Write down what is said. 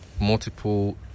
multiple